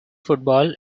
football